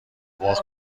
واق